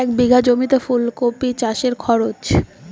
এক বিঘে জমিতে ফুলকপি চাষে খরচ?